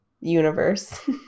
universe